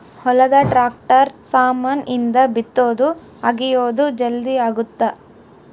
ಹೊಲದ ಟ್ರಾಕ್ಟರ್ ಸಾಮಾನ್ ಇಂದ ಬಿತ್ತೊದು ಅಗಿಯೋದು ಜಲ್ದೀ ಅಗುತ್ತ